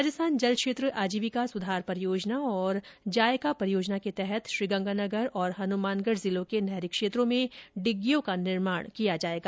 राजस्थान जल क्षेत्र आजीविका सुधार परियोजना और जायका परियोजना के तहत श्रीगंगानगर और हनुमानगढ़ जिलों के नहरी क्षेत्रों में डिग्गीयों का निर्माण किया जायेगा